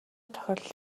тохиолдолд